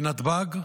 בנתב"ג,